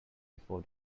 before